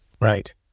Right